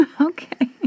Okay